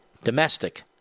domestic